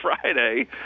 Friday